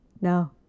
No